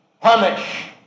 punish